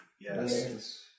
Yes